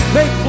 Make